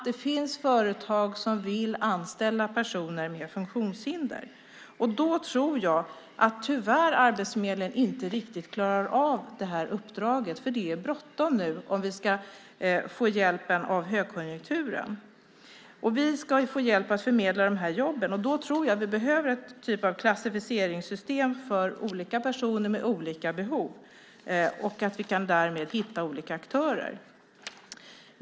Det finns företag som vill anställa personer med funktionshinder. Jag tror att Arbetsförmedlingen tyvärr inte riktigt klarar av uppdraget. Det är bråttom nu om vi ska få hjälp av högkonjunkturen. Vi ska få hjälp att förmedla jobben. Jag tror att vi behöver någon typ av klassificeringssystem för olika personer med olika behov. Därmed kan vi hitta olika aktörer.